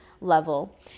level